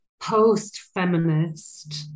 post-feminist